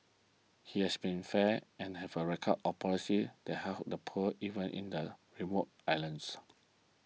he has been fair and have a record of policies that help the poor even in the remote islands